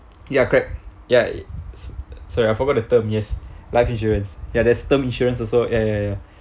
ya correct ya sorry I forgot the term yes life insurance ya there's term insurance also ya ya ya